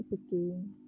speaking